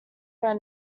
where